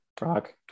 Rock